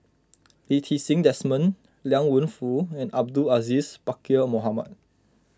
Lee Ti Seng Desmond Liang Wenfu and Abdul Aziz Pakkeer Mohamed